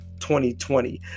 2020